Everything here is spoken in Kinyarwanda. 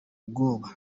ubwoba